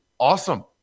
Awesome